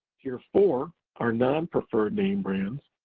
tier four are non-preferred name brands,